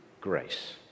Grace